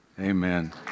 Amen